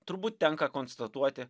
turbūt tenka konstatuoti